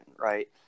right